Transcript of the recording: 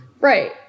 Right